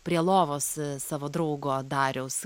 prie lovos savo draugo dariaus